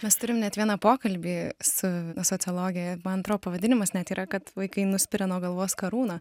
mes turim net vieną pokalbį su sociologe man atrodo pavadinimas net yra kad vaikai nuspiria nuo galvos karūną